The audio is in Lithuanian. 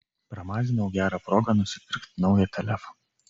pramazinau gerą progą nusipirkt naują telefą